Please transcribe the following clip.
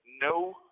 no